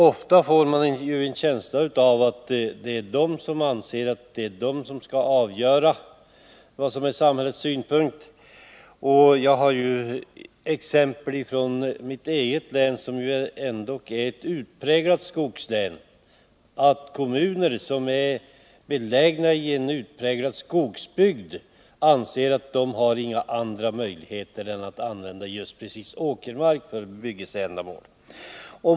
Ofta får man en känsla av att det är kommunerna som skall avgöra vad som är samhällets synpunkt. Jag har från mitt hemlän Norrbotten, som ändock är ett utpräglat skogslän, exempel på att kommuner som är belägna i utpräglade skogsbygder anser att de inte har andra möjligheter än att använda just åkermark för byggnadsändamål.